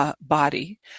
body